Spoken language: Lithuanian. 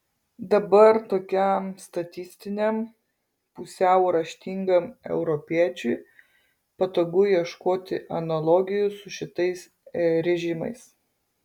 dabar tokiam statistiniam pusiau raštingam europiečiui patogu ieškoti analogijų su šitais režimais